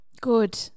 Good